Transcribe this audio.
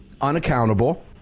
unaccountable